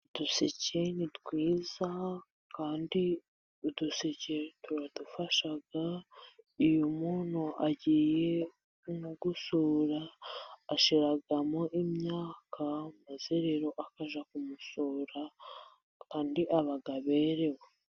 Uduseke ni twiza kandi uduseke turadufasha iyo umuntu agiye nko gusura ashyiramo imyaka maze rero akajya kumusura aba aberewe.